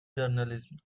journalism